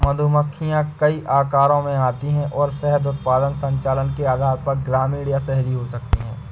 मधुमक्खियां कई आकारों में आती हैं और शहद उत्पादन संचालन के आधार पर ग्रामीण या शहरी हो सकती हैं